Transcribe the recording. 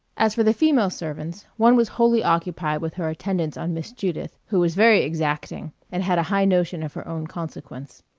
as for the female servants, one was wholly occupied with her attendance on miss judith, who was very exacting, and had a high notion of her own consequence.